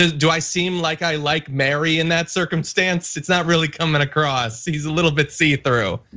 ah do i seem like i like mary, in that circumstance? it's not really coming across, he's a little bit see-through.